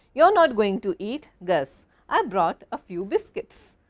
you are not going to eat. gus i brought a few biscuits.